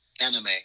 anime